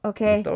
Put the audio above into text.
Okay